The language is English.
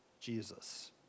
Jesus